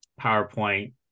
PowerPoint